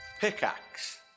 Pickaxe